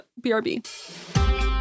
BRB